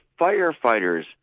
firefighters